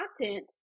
content